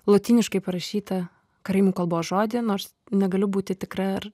lotyniškai parašytą karaimų kalbos žodį nors negaliu būti tikra ar